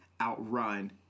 outrun